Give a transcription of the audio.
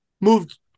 moved